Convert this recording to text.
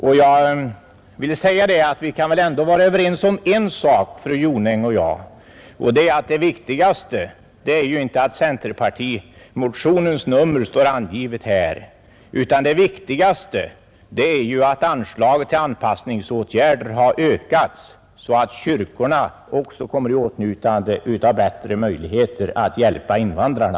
Fru Jonäng och jag kanske ändå kan vara överens om att det viktigaste inte är att centerpartimotionens nummer står angivet i detta betänkande, utan det viktiga är att anslaget till anpassningsåtgärder har ökats, så att också kyrkorna får bättre möjligheter att hjälpa invandrarna.